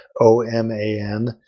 Oman